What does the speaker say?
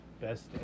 best